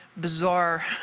bizarre